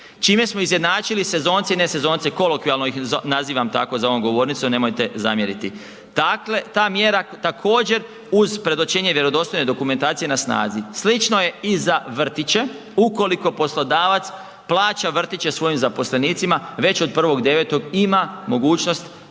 čime smo izjednačili sezonce i nesezonce, kolokvijalno ih nazivam tako za ovom govornicom, nemojte zamjeriti. Dakle, ta mjera također uz predočenje vjerodostojne dokumentacije na snazi. Slično je i za vrtiće ukoliko poslodavac plaća vrtiće svojim zaposlenicima već od 1.9. ima mogućnost